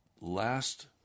last